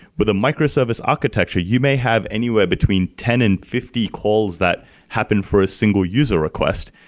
but a microservice architecture, you may have anywhere between ten and fifty calls that happen for a single user request.